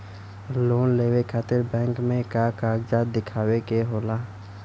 Loan लेवे खातिर bank मे का कागजात दिखावे के होला?